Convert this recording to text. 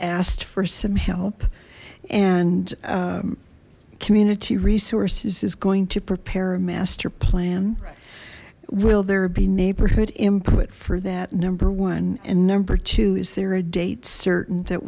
asked for some help and community resources is going to prepare a master plan will there be neighbourhood input for that number one and number two is there a date certain that